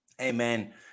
Amen